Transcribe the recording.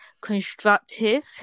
constructive